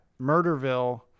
Murderville